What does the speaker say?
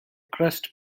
crust